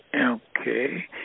Okay